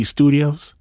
Studios